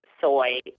soy